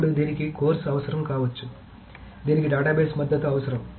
అప్పుడు దీనికి కోర్సు అవసరం కావచ్చు దీనికి డేటాబేస్ మద్దతు అవసరం